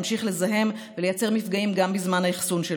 ממשיך לזהם ולייצר מפגעים גם בזמן האחסון שלו.